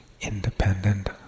independent